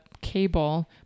cable